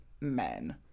men